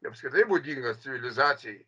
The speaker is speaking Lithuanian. apskritai būdingas civilizacijai